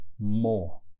more